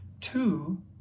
two